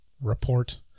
report